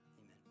Amen